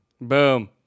Boom